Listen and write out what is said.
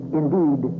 indeed